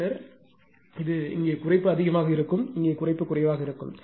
பின்னர் இதை ஒப்பிடுகையில் அது இங்கே குறைப்பு அதிகமாக இருக்கும் இங்கே குறைப்பு குறைவாக இருக்கும்